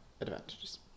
advantages